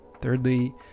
thirdly